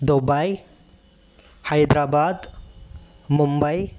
Dubai Hyderabad Mumbai